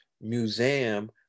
museum